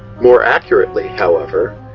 more accurately however,